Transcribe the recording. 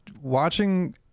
Watching –